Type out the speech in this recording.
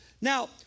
now